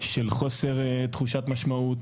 של חוסר תחושת משמעות,